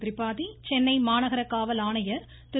திரிபாதி சென்னை மாநகர காவல் ஆணையர் திரு